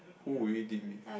who will you eat it with